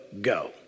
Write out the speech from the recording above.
go